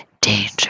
danger